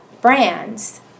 brands